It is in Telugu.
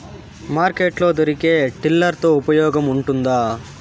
మార్కెట్ లో దొరికే టిల్లర్ తో ఉపయోగం ఉంటుందా?